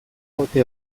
ote